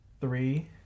Three